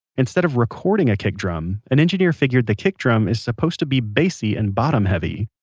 instead of recording a kick drum, an engineer figured the kick drum is supposed to be bassy and bottom-heavy.